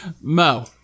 Mo